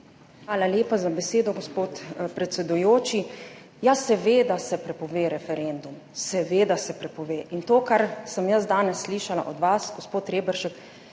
Hvala lepa za besedo, gospod predsedujoči. Ja, seveda se prepove referendum, seveda se prepove. In to, kar sem jaz danes slišala od vas, gospod Reberšek,